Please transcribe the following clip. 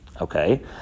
Okay